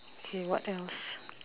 okay what else